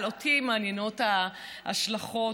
אותי מעניינות ההשלכות,